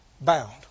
bound